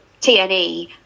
tne